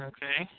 Okay